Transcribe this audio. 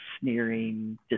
sneering